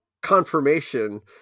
confirmation